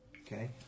Okay